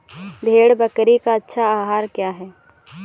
भेड़ बकरी का अच्छा आहार क्या है?